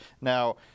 Now